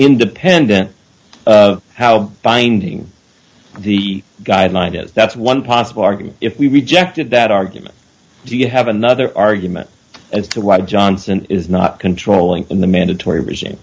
independent how binding the guideline is that's one possible argument if we rejected that argument do you have another argument as to what johnson is not controlling in the mandatory regime